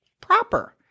proper